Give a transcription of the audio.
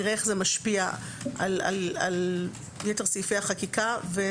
נראה איך זה משפיע על יתר סעיפי החקיקה.